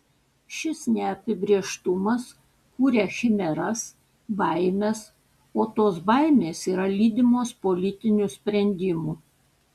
šis neapibrėžtumas kuria chimeras baimes o tos baimės yra lydimos politinių sprendimų